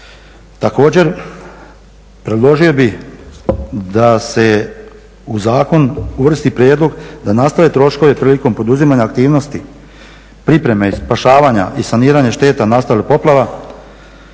Također, predložio bih da se u zakon uvrsti prijedlog da nastave troškove prilikom poduzimanja aktivnosti pripreme i spašavanja i saniranja šteta nastalih poplava